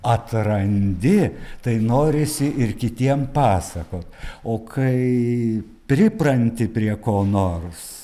atrandi tai norisi ir kitiem pasakot o kai pripranti prie ko nors